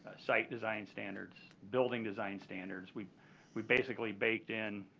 site design standards, building design standards. we we basically baked in